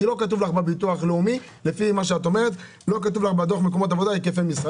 כי לפי מה שאת אומרת לא כתוב לך בדוח מקומות עבודה היקפי עבודה.